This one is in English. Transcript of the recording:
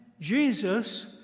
Jesus